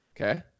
Okay